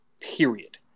period